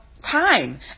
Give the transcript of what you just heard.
time